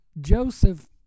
Joseph